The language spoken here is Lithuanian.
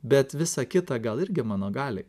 bet visa kita gal irgi mano gali